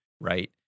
Right